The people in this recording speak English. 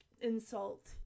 insult